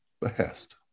behest